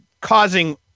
causing